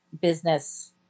business